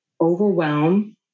overwhelm